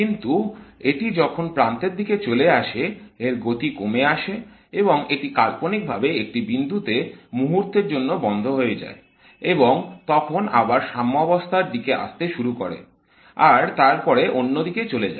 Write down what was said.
কিন্তু এটি যখন প্রান্তের দিকে চলে আসে এর গতি কমে আসে এবং এটি কাল্পনিকভাবে একটি বিন্দুতে মুহুর্তের জন্য বন্ধ হয়ে যায় এবং তখন আবার সাম্যবস্থার দিকে আসতে শুরু করে আর তারপরে অন্যদিকে চলে যায়